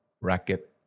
racket